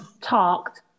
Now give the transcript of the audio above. talked